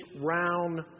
round